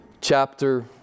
chapter